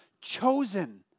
chosen